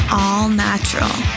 all-natural